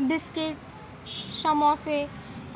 biscuit समोसे